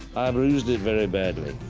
bruised it very badly.